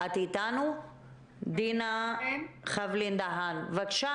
דינה חבלין דהן, בבקשה.